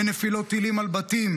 בין נפילות טילים על בתים,